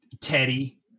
Teddy